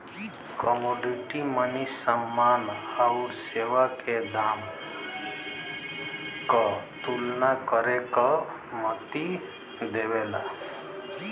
commodity money समान आउर सेवा के दाम क तुलना करे क अनुमति देवला